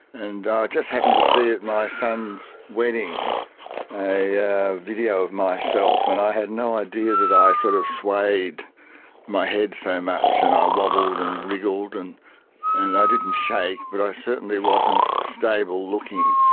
and i just happened to see at my son's wedding a yeah video of myself, and i had no idea that i sort of swayed my head so much and i wobbled and wriggled, and and i didn't shake but i certainly wasn't stable-looking.